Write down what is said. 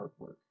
artwork